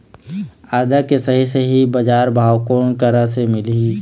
आदा के सही सही बजार भाव कोन करा से मिलही?